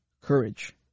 courage